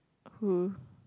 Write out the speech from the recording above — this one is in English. who